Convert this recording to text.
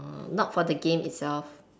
oh not for the game itself